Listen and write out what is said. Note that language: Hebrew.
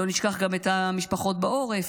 לא נשכח גם את המשפחות בעורף,